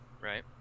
right